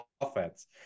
offense